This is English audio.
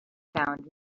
found